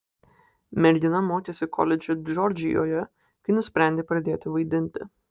mergina mokėsi koledže džordžijoje kai nusprendė pradėti vaidinti